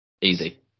Easy